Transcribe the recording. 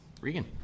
Regan